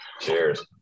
cheers